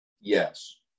Yes